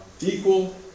Equal